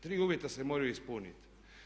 Tri uvjeta se moraju ispuniti.